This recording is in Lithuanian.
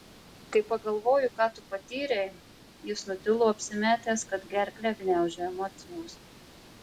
kai pagalvoju ką tu patyrei jis nutilo apsimetęs kad gerklę gniaužia emocijos